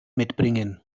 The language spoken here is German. mitbringen